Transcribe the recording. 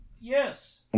Yes